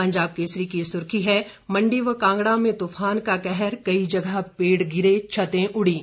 पंजाब केसरी की सुर्खी है मंडी व कांगड़ा में तूफान का कहर कई जगह पेड़ गिरे छतें उड़ीं